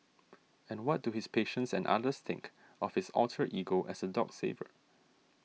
and what do his patients and others think of his alter ego as a dog saver